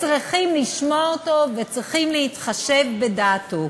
צריכים לשמוע אותו וצריכים להתחשב בדעתו.